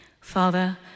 Father